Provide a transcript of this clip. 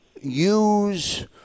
use